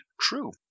true